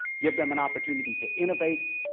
give them an opportunity to innovate,